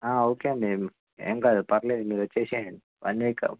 okay అండి ఏం కాదు పర్లేదు మీరు వచ్చేసేయండి వన్ వీకు